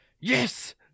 yes